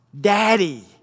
Daddy